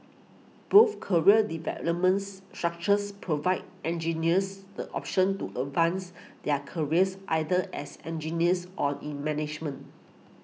both career developments structures provide engineers the option to advance their careers either as engineers or in management